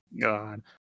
God